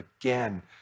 Again